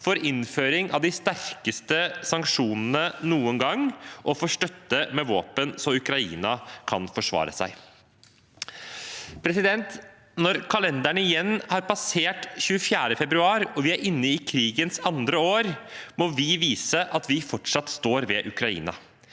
om innføring av de sterkeste sanksjonene noen gang, og om støtte med våpen så Ukraina kan forsvare seg. Når kalenderen igjen har passert 24. februar og vi er inne i krigens andre år, må vi vise at vi fortsatt står ved Ukrainas